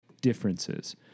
differences